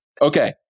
Okay